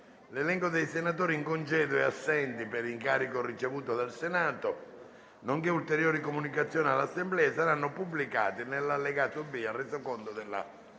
L'elenco dei senatori in congedo e assenti per incarico ricevuto dal Senato, nonché ulteriori comunicazioni all'Assemblea saranno pubblicati nell'allegato B al Resoconto della seduta